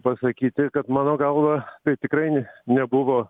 pasakyti kad mano galva tai tikrai nebuvo